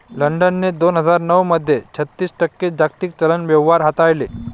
लंडनने दोन हजार नऊ मध्ये छत्तीस टक्के जागतिक चलन व्यवहार हाताळले